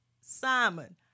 Simon